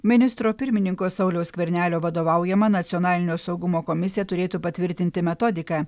ministro pirmininko sauliaus skvernelio vadovaujama nacionalinio saugumo komisija turėtų patvirtinti metodiką